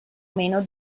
meno